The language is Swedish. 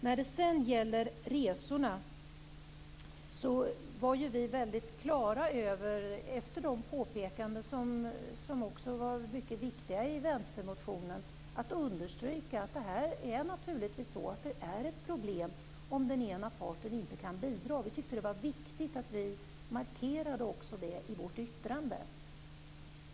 När det sedan gäller resorna vill jag säga att vi efter de mycket viktiga påpekandena i vänstermotionen var väldigt klara över att det är ett problem om den ena parten inte kan bidra. Vi tyckte att det var viktigt att vi markerade det i vårt yttrande.